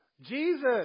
Jesus